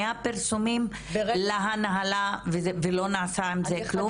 הפרסומים להנהלה ולא נעשה עם זה כלום?